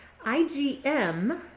IgM